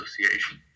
association